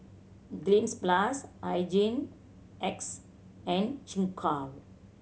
Cleanz Plus Hygin X and Gingko